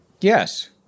Yes